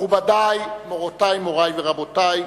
של ז'בוטינסקי, מכובדי, מורותי, מורי ורבותי,